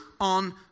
on